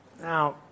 Now